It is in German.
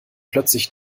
plötzlich